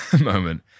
moment